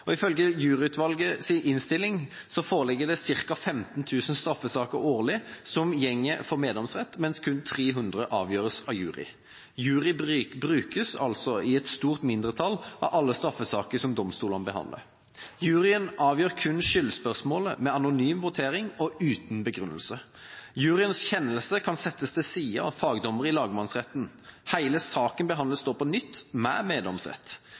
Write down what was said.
narkotika. Ifølge Juryutvalgets innstilling foreligger det ca. 15 000 straffesaker årlig som går for meddomsrett, mens kun 300 avgjøres av jury. Jury brukes altså i et stort mindretall av alle straffesaker som domstolene behandler. Juryen avgjør kun skyldspørsmålet ved anonym votering og uten begrunnelse. Juryens kjennelse kan settes til side av fagdommere i lagmannsretten. Hele saken behandles da på nytt med